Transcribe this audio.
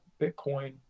bitcoin